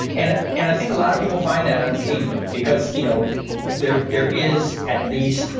and and i think a lot of people find that unseemly, because you know there there is at least,